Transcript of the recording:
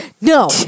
No